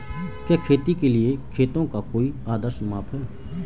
क्या खेती के लिए खेतों का कोई आदर्श माप है?